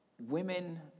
women